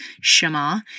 Shema